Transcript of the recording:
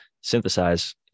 synthesize